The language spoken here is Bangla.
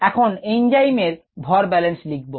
এখন এঞ্জাইম এর ভর ব্যাল্যান্স লিখব